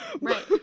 Right